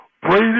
Brady